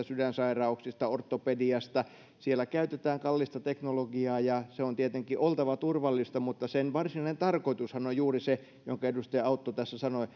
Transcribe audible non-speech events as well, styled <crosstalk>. sydänsairauksista ortopediasta siellä käytetään kallista teknologiaa sen on tietenkin oltava turvallista mutta sen varsinainen tarkoitushan on juuri se minkä edustaja autto tässä sanoi <unintelligible>